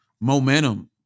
momentum